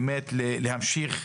באמת להמשיך.